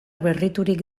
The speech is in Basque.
berriturik